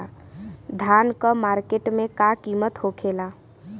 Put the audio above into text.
धान क मार्केट में का कीमत होखेला?